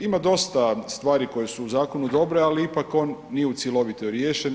Ima dosta stvari koje su u zakonu dobre, ali ipak on nije u cjelovito riješen.